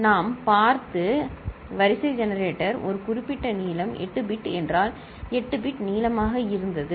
நாம் பார்த்து வரிசை ஜெனரேட்டர் ஒரு குறிப்பிட்ட நீளம் 8 பிட் என்றால் 8 பிட் நீளமாக இருந்தது சரி